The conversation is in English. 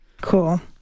Cool